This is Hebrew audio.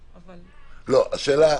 בהקראה,